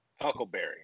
Huckleberry